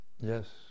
Yes